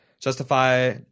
Justify